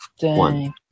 one